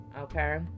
Okay